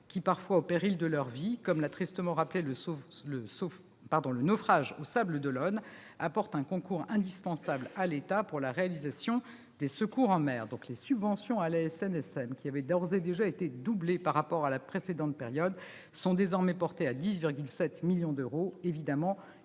qui, parfois au prix de leur vie, comme l'a tristement rappelé le naufrage au large des Sables-d'Olonne, apportent un concours indispensable à l'État pour la réalisation de secours en mer. Les subventions à la SNSM, qui avaient d'ores et déjà été doublées par rapport à la période précédente, sont désormais portées à 10,7 millions d'euros. Il s'agit